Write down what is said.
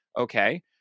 Okay